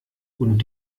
und